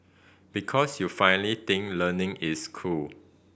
because you finally think learning is cool